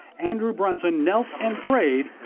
andrew brunson knelt and prayed.